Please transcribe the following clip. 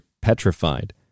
petrified